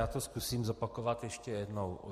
Já to zkusím zopakovat ještě jednou.